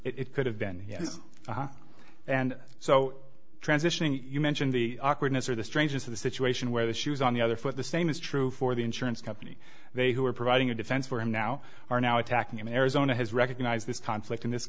it could have been yes and so transitioning you mentioned the awkward ness or the strangeness of the situation where the shoe is on the other foot the same is true for the insurance company they who are providing a defense for him now are now attacking him arizona has recognized this conflict in this